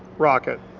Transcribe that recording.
rocket,